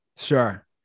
sure